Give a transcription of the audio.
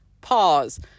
pause